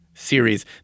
Series